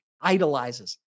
idolizes